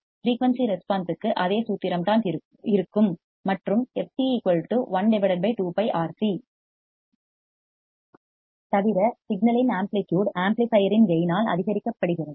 frequency response க்கு அதே சூத்திரம் தான் இருக்கும் மற்றும் fc 1 2 πRC தவிர சிக்னலின் ஆம்ப்ளிடியூட் ஆம்ப்ளிபையர்யின் கேயின் ஆல் அதிகரிக்கப்படுகிறது